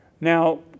Now